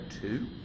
two